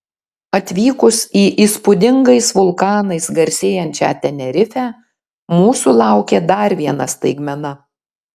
atvykus į įspūdingais vulkanais garsėjančią tenerifę mūsų laukė dar viena staigmena